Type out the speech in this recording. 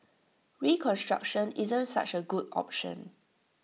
reconstruction isn't such A good option